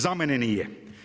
Za mene nije.